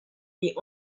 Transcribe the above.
est